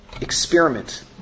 experiment